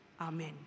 Amen